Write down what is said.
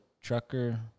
trucker